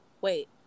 Wait